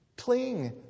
Cling